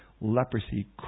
leprosy